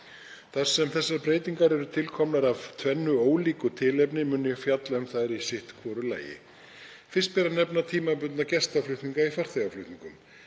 Þar sem þessar breytingar eru til komnar af tvennu ólíku tilefni mun ég fjalla um þær í sitt hvoru lagi. Fyrst ber að nefna tímabundna gestaflutninga í farþegaflutningum,